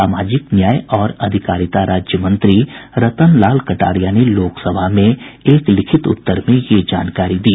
सामाजिक न्याय और अधिकारिता राज्य मंत्री रतन लाल कटारिया ने लोकसभा में एक लिखित उत्तर में यह जानकारी दी